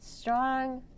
strong